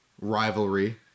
rivalry